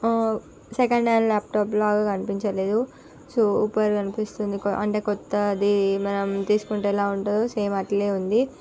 second hand laptop లాగా కనిపించలేదు super కనిపిస్తోంది అంటే కొత్తది మనం తీసుకుంటే ఎలా ఉంటుందో సేమ్ అట్లే ఉంది